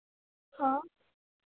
हाँ